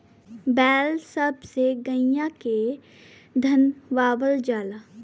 बैल सब से गईया के धनवावल जाला